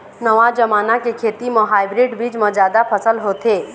नवा जमाना के खेती म हाइब्रिड बीज म जादा फसल होथे